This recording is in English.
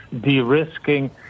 de-risking